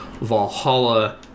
Valhalla